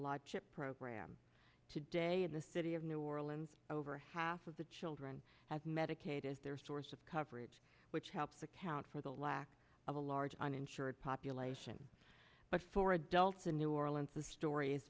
law chip program today in the city of new orleans over half of the children have medicaid it is their source of coverage which helps account for the lack of a large uninsured population but for adults in new orleans the story is